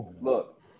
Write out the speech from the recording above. Look